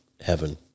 heaven